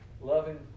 loving